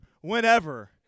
whenever